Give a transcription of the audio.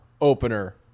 opener